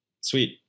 Sweet